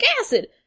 acid